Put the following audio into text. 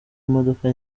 imodoka